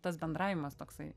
tas bendravimas toksai